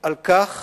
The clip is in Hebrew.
על כך